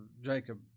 Jacob